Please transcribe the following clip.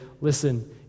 listen